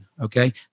okay